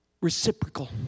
reciprocal